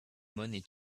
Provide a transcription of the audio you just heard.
money